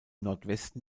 nordwesten